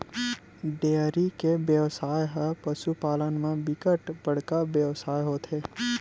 dairy के बेवसाय ह पसु पालन म बिकट बड़का बेवसाय होथे